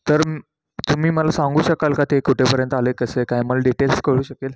तर तुम्ही मला सांगू शकाल का ते कुठेपर्यंत आले कसे काय मला डिटेल्स कळू शकेल